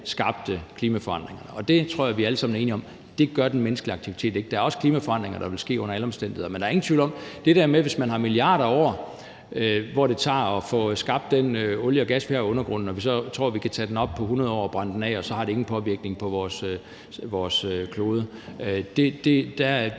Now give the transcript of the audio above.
skabte klimaforandringer, og der tror jeg, vi alle sammen er enige om, at det gør den menneskelige aktivitet ikke. Der er også klimaforandringer, der vil ske under alle omstændigheder. Men i forhold til det der med de milliarder af år, som det tager at få skabt den olie og gas, vi har i undergrunden, og vi så tror, at vi kan tage den op på 100 år og brænde den af, og at det så ingen påvirkning har på vores klode, vil jeg